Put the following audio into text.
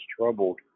troubled